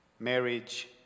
marriage